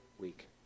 week